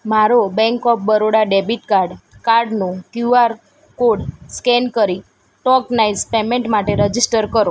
મારો bank of Baroda debit card કાર્ડનો Q R code scan કરી ટોકનાઈઝ્ડ પેમૅન્ટ માટે રજિસ્ટર કરો